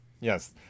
yes